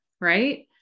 Right